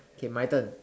okay my turn